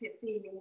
feeling